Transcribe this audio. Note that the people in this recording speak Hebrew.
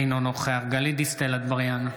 אינו נוכח גלית דיסטל אטבריאן,